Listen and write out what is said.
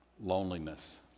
loneliness